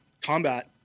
combat